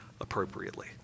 appropriately